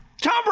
Tom